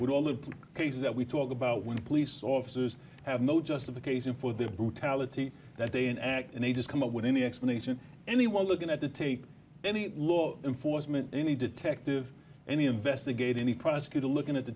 with all of the cases that we talk about when police officers have no justification for their brutality that they an act and they just come up with any explanation anyone looking at the tape any law enforcement any detective any investigate any prosecutor looking at the